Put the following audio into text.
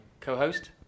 co-host